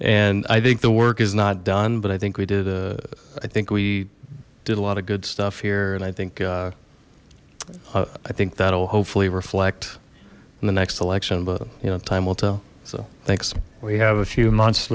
and i think the work is not done but i think we did a i think we did a lot of good stuff here and i think i think that'll hopefully reflect in the next election but you know time will tell so thanks we have a few months